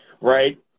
right